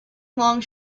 long